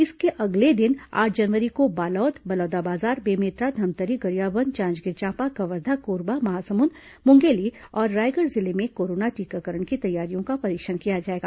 इसके अगले दिन आठ जनवरी को बालोद बलौदाबाजार बेमेतरा धमतरी गरियाबंद जांजगीर चांपा कवर्धा कोरबा महासमुंद मुंगेली और रायगढ़ जिले में कोरोना टीकाकरण की तैयारियों का परीक्षण किया जाएगा